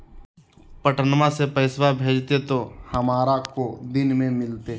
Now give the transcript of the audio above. पटनमा से पैसबा भेजते तो हमारा को दिन मे मिलते?